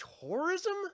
tourism